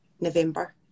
November